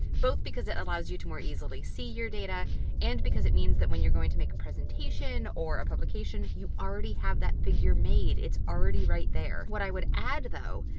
both because it allows you to more easily see your data and because it means that when you're going to make a presentation or a publication, you already have that figure made. it's already right there. what i would add, though,